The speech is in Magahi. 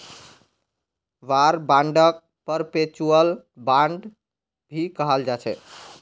वॉर बांडक परपेचुअल बांड भी कहाल जाछे